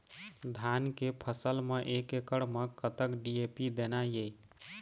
धान के फसल म एक एकड़ म कतक डी.ए.पी देना ये?